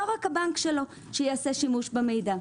לא רק שהבנק שלו יעשה שימוש במידע.